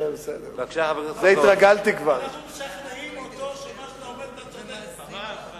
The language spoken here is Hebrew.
אנחנו משכנעים אותו שמה שאתה אומר, אתה צודק.